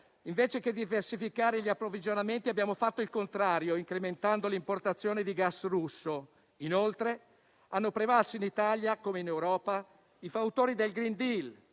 Invece di diversificare gli approvvigionamenti, abbiamo fatto il contrario, incrementando le importazioni di gas russo. Inoltre, hanno prevalso in Italia, come in Europa, i fautori del *green deal*,